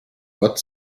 gott